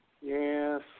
Yes